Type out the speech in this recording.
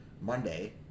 Monday